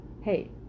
Hey